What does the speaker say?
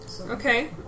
Okay